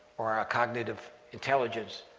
or a cognitive intelligence,